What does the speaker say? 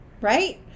Right